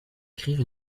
écrire